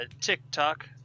TikTok